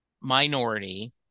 minority